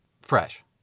fresh